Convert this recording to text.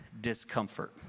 discomfort